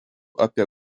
apie